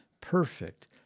perfect